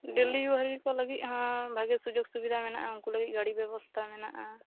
delivery ᱠᱚ ᱞᱟᱹᱜᱤᱫ ᱦᱚᱸ ᱵᱷᱟᱹᱜᱤ ᱥᱩᱡᱳᱠ ᱥᱩᱵᱤᱫᱟ ᱢᱮᱱᱟᱜᱼᱟ ᱩᱱᱠᱩ ᱞᱟᱹᱜᱤᱫ ᱜᱟᱹᱲᱤ ᱵᱮᱵᱚᱥᱛᱟ ᱢᱮᱱᱟᱜᱼᱟ